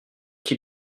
qui